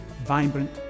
vibrant